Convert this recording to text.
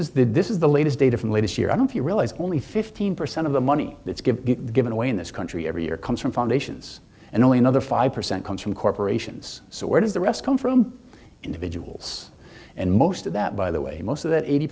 the this is the latest data from the latest year i don't you realize only fifteen percent of the money that's good given away in this country every year comes from foundations and only another five percent comes from corporations so where does the rest come from individuals and most of that by the way most of that eighty